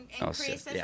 increases